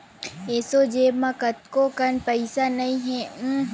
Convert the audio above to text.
एसो जेब म एको कन पइसा नइ हे, कतको पइसा के काम हवय गा